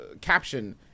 caption